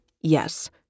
Yes